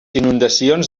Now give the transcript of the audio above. inundacions